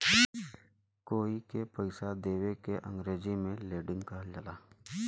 कोई के पइसा देवे के अंग्रेजी में लेंडिग कहल जाला